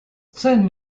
san